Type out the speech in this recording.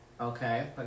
Okay